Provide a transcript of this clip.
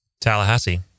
Tallahassee